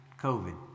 covid